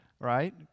right